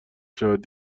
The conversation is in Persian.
شود